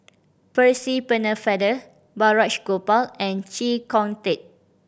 Percy Pennefather Balraj Gopal and Chee Kong Tet